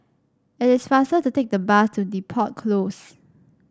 it is faster to take the bus to Depot Close